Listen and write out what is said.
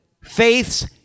faith's